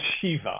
Shiva